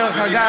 דרך אגב,